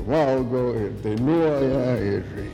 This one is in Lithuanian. valgo ir dainuoja ir